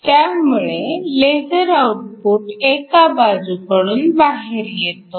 त्यामुळे laser output एका बाजूकडून बाहेर येतो